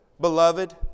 beloved